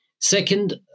Second